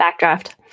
backdraft